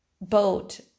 boat